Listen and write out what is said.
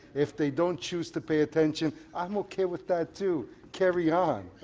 if they don't choose to pay attention, i'm okay with that too. carry on.